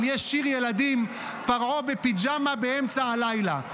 יש שיר ילדים, פרעה בפיג'מה באמצע הלילה.